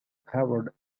powered